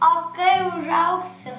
o kai užaugsiu